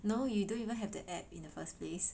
no you don't even have the app in the first place